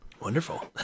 wonderful